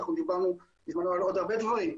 אנחנו בזמנו דיברנו על עוד הרבה דברים,